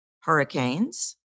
hurricanes